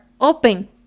open